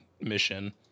mission